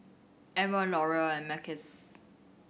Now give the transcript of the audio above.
M One Laurier and Mackays